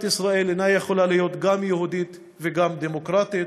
ישראל אינה יכולה להיות גם יהודית וגם דמוקרטית.